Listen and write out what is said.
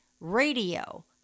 radio